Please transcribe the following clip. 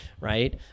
right